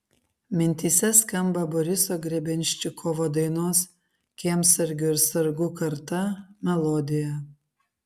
mintyse skamba boriso grebenščikovo dainos kiemsargių ir sargų karta melodija